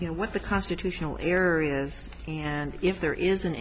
you know what the constitutional areas and if there is an